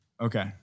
Okay